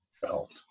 felt